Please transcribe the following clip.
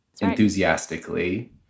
enthusiastically